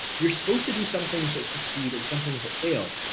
you're supposed to do some things that succeed and some things that fail,